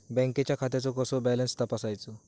बँकेच्या खात्याचो कसो बॅलन्स तपासायचो?